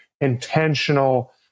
intentional